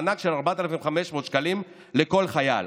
מענק של 4,500 שקלים לכל חייל.